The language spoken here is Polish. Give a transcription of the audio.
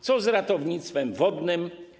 Co z ratownictwem wodnym?